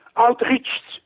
outreached